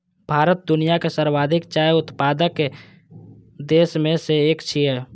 भारत दुनियाक सर्वाधिक चाय उत्पादक देश मे सं एक छियै